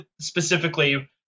specifically